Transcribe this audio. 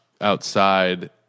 outside